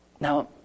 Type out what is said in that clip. Now